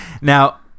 Now